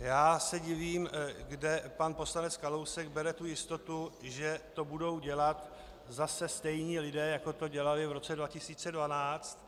Já se divím, kde pan poslanec Kalousek bere tu jistotu, že to budou dělat zase stejní lidé, jako to dělali v roce 2012.